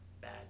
bad